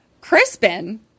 Crispin